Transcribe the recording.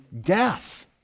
death